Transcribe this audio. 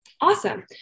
Awesome